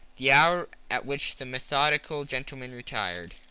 the hour at which the methodical gentleman retired.